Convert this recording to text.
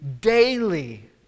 daily